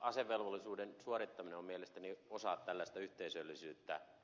asevelvollisuuden suorittaminen on mielestäni osa tällaista yhteisöllisyyttä